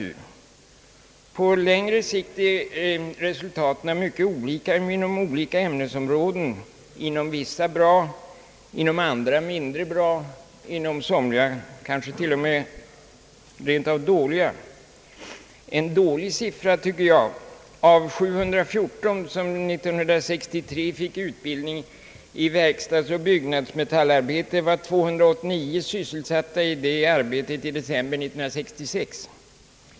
På längre sikt är resultaten mycket olika inom olika ämnesområden — inom vissa bra, inom andra mindre bra och inom somliga kanske rent av dåliga. En dålig siffra tycker jag är att av 714 personer som år 1963 fick utbildning i verkstadsoch byggnadsmetallarbete var 289 sysselsatta inom facket i december 1966.